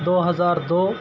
دو ہزار دو